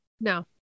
no